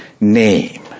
name